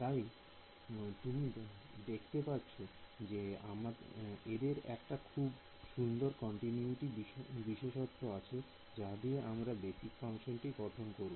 তাই তুমি দেখতে পাচ্ছো যে এদের একটা খুব সুন্দর কমিউনিটি বিশেষত্ব আছে যা দিয়ে আমরা বেসিক ফাংশনটি গঠন করব